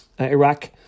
Iraq